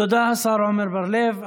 תודה, השר עמר בר לב.